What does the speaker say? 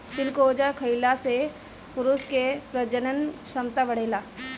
चिलगोजा खइला से पुरुष के प्रजनन क्षमता बढ़ेला